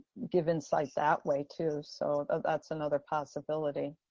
give insights that way, too. so that's another possibility.